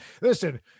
Listen